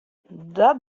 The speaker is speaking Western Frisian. dat